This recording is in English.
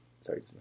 Sorry